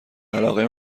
علاقه